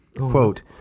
Quote